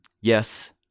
Yes